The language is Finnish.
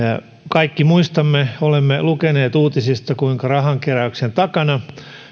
kaikki muistamme ja olemme lukeneet uutisista kuinka rahankeräyksen takana